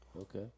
Okay